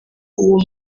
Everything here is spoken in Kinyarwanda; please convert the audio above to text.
uwo